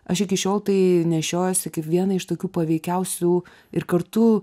aš iki šiol tai nešiojuosi kaip vieną iš tokių paveikiausių ir kartu